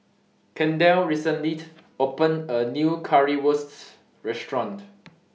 Kendell recently opened A New Currywurst Restaurant